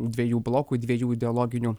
dviejų blokų dviejų ideologinių